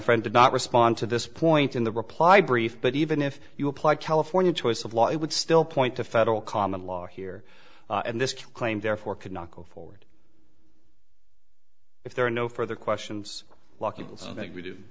friend did not respond to this point in the reply brief but even if you apply california choice of law it would still point to federal common law here and this claim therefore could not go forward if there are no further questions lock